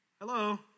Hello